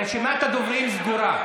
רשימת הדוברים סגורה.